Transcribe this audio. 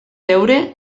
veure